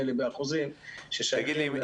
לי באחוזים ששייכים לעמותות תגיד לי,